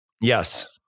Yes